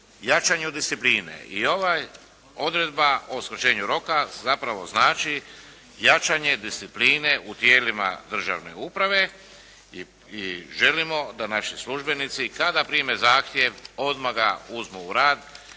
jačanju discipline. I ova odredba o skraćenju roka zapravo znači jačanje discipline u tijelima državne uprave. I želimo da naši službenici kada prime zahtjev odmah ga uzmu u rad